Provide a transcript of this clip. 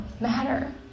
matter